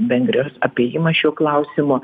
vengrijos apėjimas šiuo klausimu